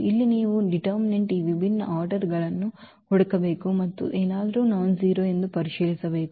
ಇಲ್ಲಿ ನೀವು ನಿರ್ಧಾರಕಗಳಈ ವಿಭಿನ್ನ ಆರ್ಡರ್ ಗಳನ್ನು ಹುಡುಕಬೇಕು ಮತ್ತು ಏನಾದರೂ ನಾನ್ ಜೀರೋ ಎಂದು ಪರಿಶೀಲಿಸಬೇಕು